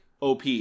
OP